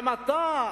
גם אתה,